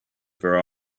their